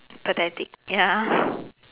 pathetic ya